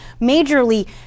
majorly